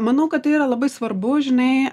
manau kad tai yra labai svarbu žinai